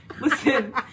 listen